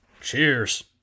Cheers